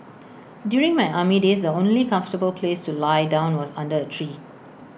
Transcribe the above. during my army days the only comfortable place to lie down was under A tree